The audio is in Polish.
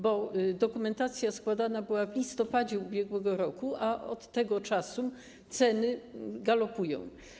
Bo dokumentacja składana była w listopadzie ub.r., a od tego czasu ceny galopują.